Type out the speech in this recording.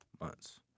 months